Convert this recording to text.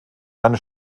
eine